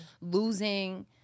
losing